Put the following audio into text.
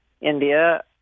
India